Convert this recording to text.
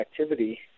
activity